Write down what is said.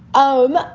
oh,